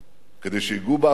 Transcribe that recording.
כדי שייגעו באבנים,